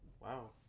Wow